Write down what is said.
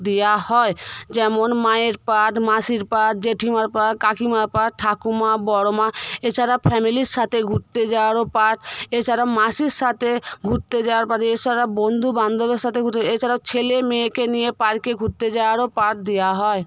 দেওয়া হয় যেমন মায়ের পার্ট মাসির পার্ট জেঠিমার পার্ট কাকিমার পার্ট ঠাকুমা বড়ো মা এছাড়া ফ্যামিলির সাথে ঘুরতে যাওয়ারও পার্ট এছাড়া মাসির সাথে ঘুরতে যাওয়ার পার্ট এছাড়া বন্ধুবান্ধবের সাথে ঘুরতে এছাড়াও ছেলেমেয়েকে নিয়ে পার্কে ঘুরতে যাওয়ারও পার্ট দেওয়া হয়